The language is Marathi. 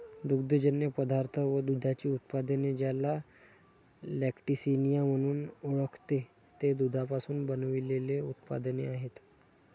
दुग्धजन्य पदार्थ व दुधाची उत्पादने, ज्याला लॅक्टिसिनिया म्हणून ओळखते, ते दुधापासून बनविलेले उत्पादने आहेत